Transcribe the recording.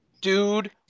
dude